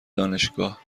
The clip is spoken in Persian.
دانشگاه